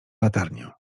latarnię